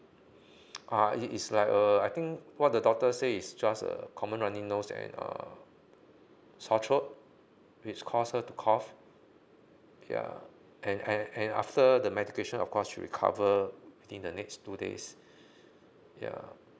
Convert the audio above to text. uh it is like uh I think what the doctor say is just a common running nose and uh sore throat it's because her to cough ya and and and after the medication of course she's recover in the next two days ya